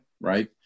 right